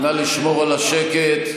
נא לשמור על השקט.